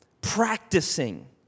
practicing